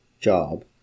job